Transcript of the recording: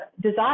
desire